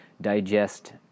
digest